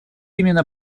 именно